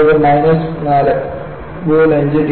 ഇപ്പോൾ ഇത് മൈനസ് 4